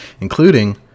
including